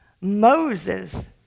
Moses